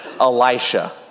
Elisha